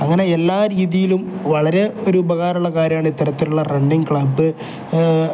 അങ്ങനെ എല്ലാ രീതിയിലും വളരെ ഒരു ഉപകാരമുള്ള കാര്യമാണ് ഇത്തരത്തിലുള്ള റണ്ണിങ് ക്ലബ്ബ്